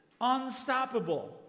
unstoppable